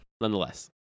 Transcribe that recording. nonetheless